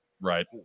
right